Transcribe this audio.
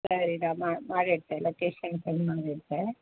ಸರಿ ನಾ ಮಾಡಿರ್ತೆ ಲೊಕೇಷನ್ ಸೆಂಡ್ ಮಾಡಿರ್ತೆ